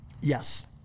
Yes